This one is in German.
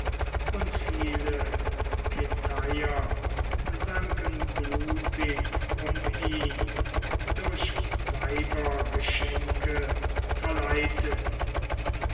und viele keteier sanken blutig um ihn durch weibergeschenke verleitet